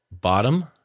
bottom